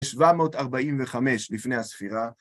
745 לפני הספירה.